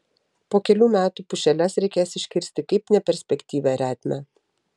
po kelių metų pušeles reikės iškirsti kaip neperspektyvią retmę